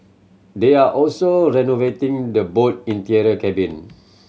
they are also renovating the boat interior cabin